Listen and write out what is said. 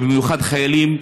במיוחד החיילים,